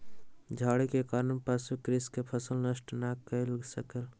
झाड़ी के कारण पशु कृषक के फसिल नष्ट नै कय सकल